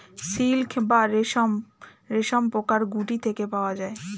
silk বা রেশম রেশমপোকার গুটি থেকে পাওয়া যায়